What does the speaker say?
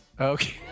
Okay